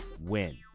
win